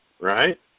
right